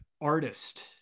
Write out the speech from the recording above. artist